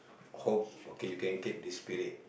hope okay you can keep this spirit